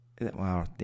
Wow